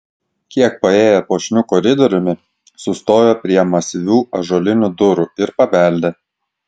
kiek paėję puošniu koridoriumi sustojo prie masyvių ąžuolinių durų ir pabeldė